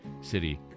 city